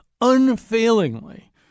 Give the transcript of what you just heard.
unfailingly